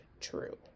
true